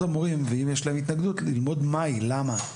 המורים ואם יש להם התנגדות ללמוד מהי ולמה.